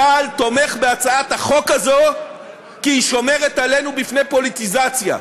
צה"ל תומך בהצעת החוק הזאת כי היא שומרת עלינו מפני פוליטיזציה.